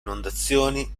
inondazioni